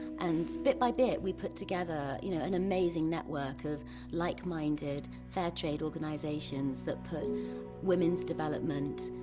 and bit by bit, we put together, you know, an amazing network of like-minded fair trade organizations that put women's development,